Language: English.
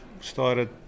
started